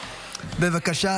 כדאי שאתה תהיה מודאג --- בבקשה,